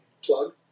plug